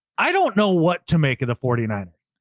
i don't know what to make of the forty nine ers,